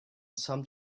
some